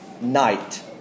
night